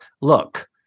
look